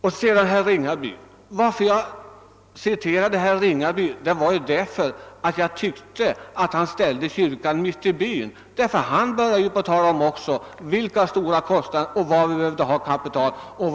Anledningen till att jag citerade herr Ringaby var att jag tyckte att han ställde kyrkan mitt i byn. Han började ju tala om de stora kostnaderna och vad vi behöver pengar till.